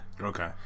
Okay